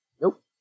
Nope